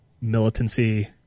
militancy